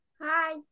hi